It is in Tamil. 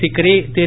சிக்ரி திரு